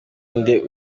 inde